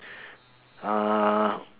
uh